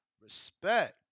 Respect